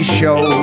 show